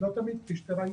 לא תמיד, כפי שראית.